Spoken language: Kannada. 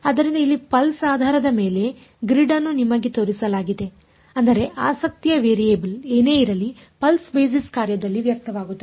ಆದ್ದರಿಂದ ಇಲ್ಲಿ ಪಲ್ಸ್ ಆಧಾರದ ಮೇಲೆ ಗ್ರಿಡ್ ಅನ್ನು ನಿಮಗೆ ತೋರಿಸಲಾಗಿದೆ ಅಂದರೆ ಆಸಕ್ತಿಯ ವೇರಿಯಬಲ್ ಏನೇ ಇರಲಿ ಪಲ್ಸ್ ಬೇಸಿಸ್ ಕಾರ್ಯದಲ್ಲಿ ವ್ಯಕ್ತವಾಗುತ್ತದೆ